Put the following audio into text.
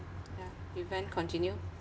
ya evan continue